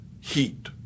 heat